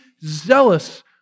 zealous